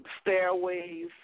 stairways